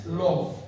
love